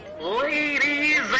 Ladies